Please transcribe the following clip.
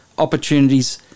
Opportunities